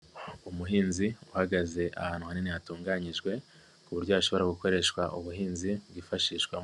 Umuhinzi uhagaze ahantu hanini hatunganyijwe ku buryo hashobora gukoreshwa ubuhinzi bwifashishwamo.